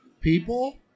People